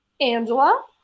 Angela